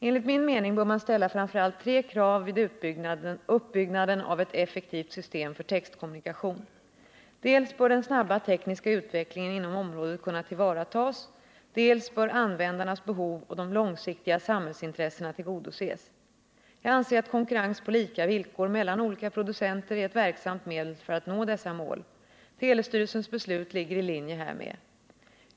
Enligt min mening bör man ställa framför allt tre krav vid uppbyggnaden av ett effektivt system för textkommunikation. Dels bör den snabba tekniska utvecklingen inom området kunna tillvaratas, dels bör användarnas behov och de långsiktiga samhällsintressena tillgodoses. Jag anser att konkurrens på lika villkor mellan olika producenter är ett verksamt medel för att nå dessa mål. Telestyrelsens beslut ligger i linje härmed.